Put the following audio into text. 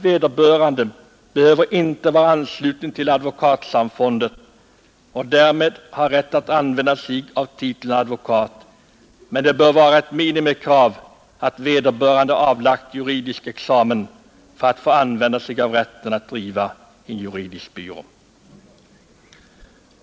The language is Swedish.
Vederbörande behöver inte vara ansluten till Advokatsamfundet och därmed ha rätt att använda sig av titeln advokat, men det bör vara ett minimikrav att vederbörande har avlagt juridisk examen för att få använda sig av rätten att driva en juridisk byrå.